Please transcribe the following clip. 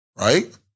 right